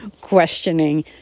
questioning